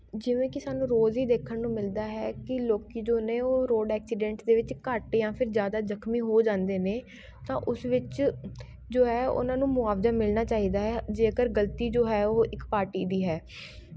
ਜਿਵੇਂ ਕਿ ਸਾਨੂੰ ਰੋਜ਼ ਹੀ ਦੇਖਣ ਨੂੰ ਮਿਲਦਾ ਹੈ ਕਿ ਲੋਕੀਂ ਜੋ ਨੇ ਉਹ ਰੋਡ ਐਕਸੀਡੈਂਟ ਦੇ ਵਿੱਚ ਘੱਟ ਜਾਂ ਫਿਰ ਜ਼ਿਆਦਾ ਜ਼ਖਮੀ ਹੋ ਜਾਂਦੇ ਨੇ ਤਾਂ ਉਸ ਵਿੱਚ ਜੋ ਹੈ ਉਹਨਾਂ ਨੂੰ ਮੁਆਵਜ਼ਾ ਮਿਲਣਾ ਚਾਹੀਦਾ ਹੈ ਜੇਕਰ ਗਲਤੀ ਜੋ ਹੈ ਉਹ ਇੱਕ ਪਾਰਟੀ ਦੀ ਹੈ